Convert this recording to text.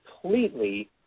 completely